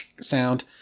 sound